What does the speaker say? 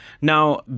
now